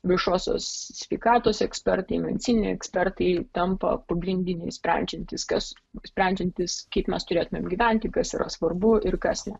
viešosios sveikatos ekspertai medicininiai ekspertai tampa pagrindiniais sprendžiantys kas sprendžiantys kaip mes turėtumėm gyventi kas yra svarbu ir kas ne